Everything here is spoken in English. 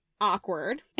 awkward